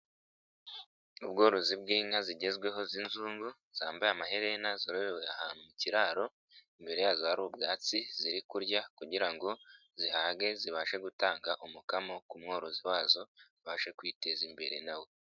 Ubworozi bw'inka zigezweho z'inzungu zambaye amaherena zorohewe ahantu mu kiraro, imbere yazo hari ubwatsi ziri kurya kugira ngo zihage zibashe gutanga umukamo ku mworozi wazo, abashe kwiteza imbere na we.